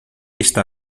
está